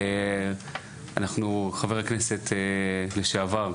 חבר הכנסת לשעבר,